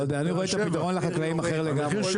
אני רואה את הפתרון לחקלאים אחר לגמרי.